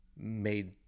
made